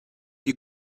you